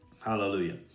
Hallelujah